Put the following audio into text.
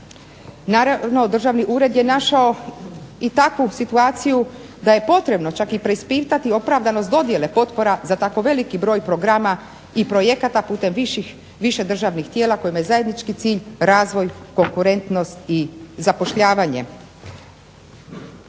Naravno državni ured je našao i takvu situaciju da je potrebno preispitati opravdanost dodjele potpora za tako veliki broj programa i projekata putem više državnih tijela kojima je zajednički cilj razvoj konkurentnost i zapošljavanje.